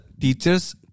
teachers